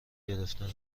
گرفتن